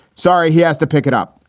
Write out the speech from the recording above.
sorry, he has to pick it up.